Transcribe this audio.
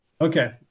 okay